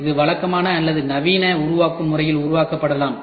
இது வழக்கமான அல்லது நவீன உருவாக்கும் முறையில் உருவாக்கப்படலாம்